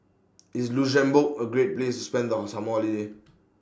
IS Luxembourg A Great Place spend Our Summer Holiday